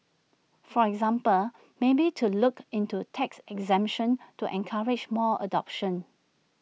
for example maybe to look into tax exemption to encourage more adoption